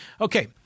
Okay